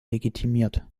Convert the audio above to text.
legitimiert